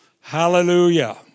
Hallelujah